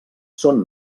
són